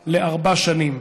שעה לארבע שנים.